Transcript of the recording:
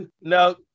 no